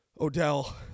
Odell